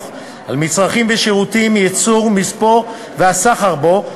על מצרכים ושירותים (ייצור מספוא והסחר בו),